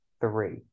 three